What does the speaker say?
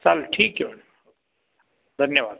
चालेल ठीक आहे मॅडम धन्यवाद